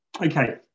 Okay